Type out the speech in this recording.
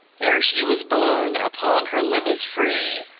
ere she was born, upon her limbes free,